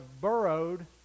burrowed